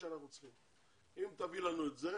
אני מבינה שזה